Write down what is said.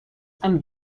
and